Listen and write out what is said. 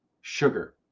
sugar